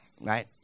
right